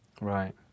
Right